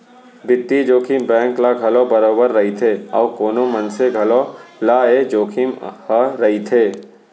बित्तीय जोखिम बेंक ल घलौ बरोबर रइथे अउ कोनो मनसे घलौ ल ए जोखिम ह रइथे